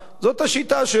זאת השיטה שלו.